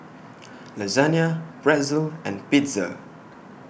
Lasagne Pretzel and Pizza